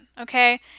okay